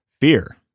fear